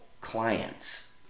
clients